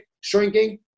shrinking